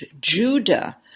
Judah